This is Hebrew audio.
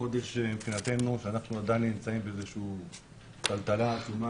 אנחנו עדיין נמצאים באיזושהי טלטלה עצומה,